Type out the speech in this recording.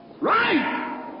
Right